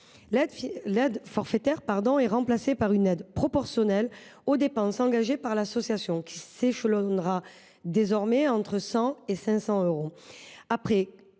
L’aide forfaitaire est remplacée par une aide proportionnelle aux dépenses engagées par l’association. Celle ci s’échelonnera désormais entre 100 et 500 euros.